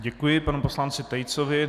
Děkuji panu poslanci Tejcovi.